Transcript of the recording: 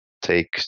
take